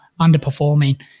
underperforming